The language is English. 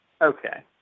Okay